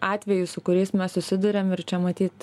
atvejus su kuriais mes susiduriam ir čia matyt